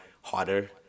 harder